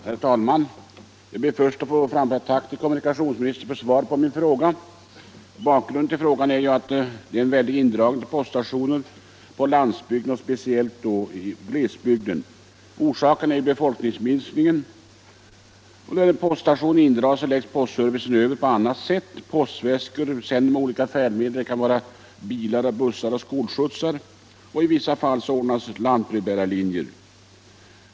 Herr talman! Jag ber först att få framföra ett tack till kommunikationsministern för svaret på min fråga. Bakgrunden till frågan är att det sker väldiga indragningar av poststationer på landsbygden och speciellt i glesbygden. Orsaken till detta är befolkningsminskningen. När en poststation indras ordnas postservicen på annat sätt. Postväskor kan utsändas med olika färdmedel — bilar, bussar, skolskjutsar etc. — och i vissa fall ordnas lantbrevbärarlinjer.